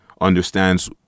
understands